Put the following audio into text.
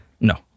No